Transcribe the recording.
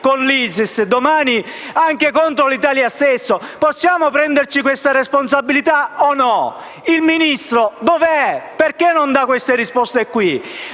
dall'ISIS, anche contro l'Italia stessa? Possiamo prenderci questa responsabilità o no? Il Ministro dov'è? Perché non dà queste risposte?